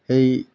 সেই